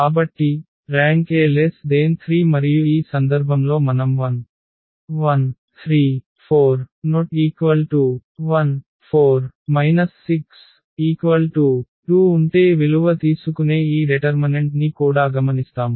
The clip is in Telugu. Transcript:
కాబట్టి ర్యాంక్ A 3 మరియు ఈ సందర్భంలో మనం 1 1 3 4 ≠ 0 4 6 2 ఉంటే విలువ తీసుకునే ఈ డెటర్మనెంట్ ని కూడా గమనిస్తాము